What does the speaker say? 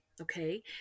okay